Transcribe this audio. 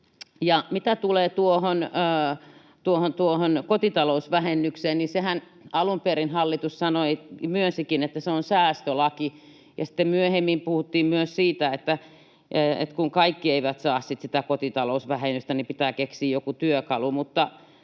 mitä tulee kotitalousvähennykseen, niin alun perin hallitus myönsikin, että se on säästölaki, ja sitten myöhemmin puhuttiin myös siitä, että kun kaikki eivät saa sitten sitä kotitalousvähennystä, niin pitää keksiä joku työkalu,